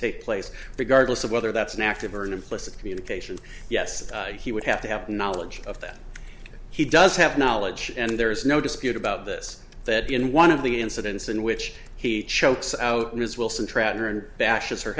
take place regardless of whether that's an active or an implicit communication yes he would have to have knowledge of that he does have knowledge and there is no dispute about this that in one of the incidents in which he chokes out ms wilson